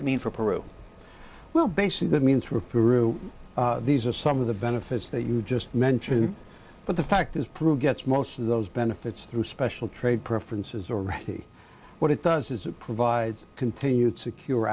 it mean for peru well basically that means we're through these are some of the benefits that you just mentioned but the fact is proved gets most of those benefits through special trade preferences already what it does is it provides continued secure